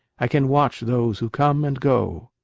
i can watch those who come and go.